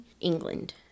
England